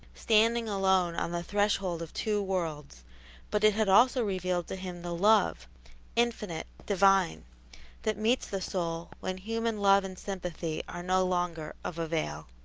standing alone on the threshold of two worlds but it had also revealed to him the love infinite, divine that meets the soul when human love and sympathy are no longer of avail.